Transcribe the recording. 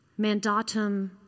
mandatum